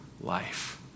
life